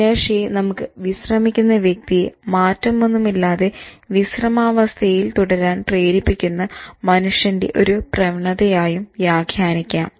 inertia യെ നമുക്ക് വിശ്രമിക്കുന്ന വ്യക്തിയെ മാറ്റമൊന്നുമില്ലാതെ വിശ്രമാവസ്ഥയിൽ തുടരാൻ പ്രേരിപ്പിക്കുന്ന മനുഷ്യന്റെ ഒരു പ്രവണതയായും വ്യാഖ്യാനിക്കാം